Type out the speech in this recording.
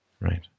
right